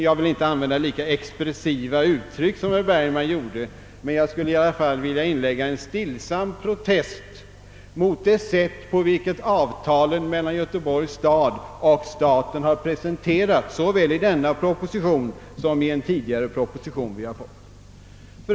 Jag vill inte använda lika expressiva uttryck som herr Bergman, men jag skulle vilja inlägga en stillsam protest mot det sätt på vilket avtalet mellan Göteborgs stad och staten har presenterats såväl i denna proposition som i en tidigare.